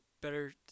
better